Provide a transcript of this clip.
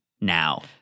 now